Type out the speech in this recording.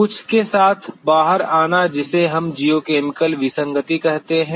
कुछ के साथ बाहर आना जिसे हम जियोकेमिकल विसंगति कहते हैं